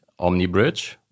Omnibridge